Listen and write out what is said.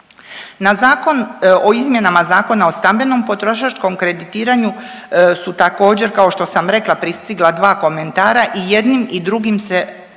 Na zakon, o izmjenama Zakona o stambenom potrošačkom kreditiranju su također kao što sam rekla pristigla dva komentara, i jednim i drugim se